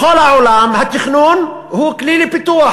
בכל העולם התכנון הוא כלי לפיתוח,